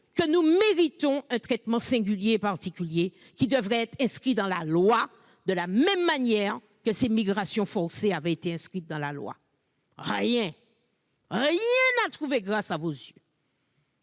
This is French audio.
que nous méritons un traitement particulier, qui devrait être inscrit dans la loi, de la même manière que ces migrations forcées l'avaient été. Rien, rien n'a trouvé grâce à vos yeux